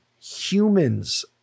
humans